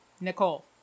nicole